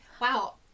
wow